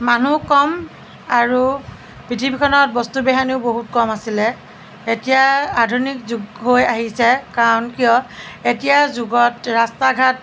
মানুহ কম আৰু পৃথিৱীখনত বস্তু বাহানিও বহুত কম আছিলে এতিয়া আধুনিক যুগ হৈ আহিছে কাৰণ কিয় এতিয়াৰ যুগত ৰাস্তা ঘাট